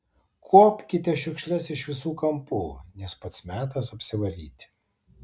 kuopkite šiukšles iš visų kampų nes pats metas apsivalyti